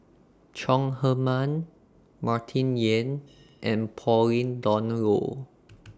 Chong Heman Martin Yan and Pauline Dawn Loh